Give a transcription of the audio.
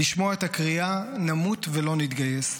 לשמוע את הקריאה "נמות ולא נתגייס".